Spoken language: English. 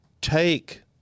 take